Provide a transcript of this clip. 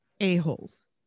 a-holes